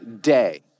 day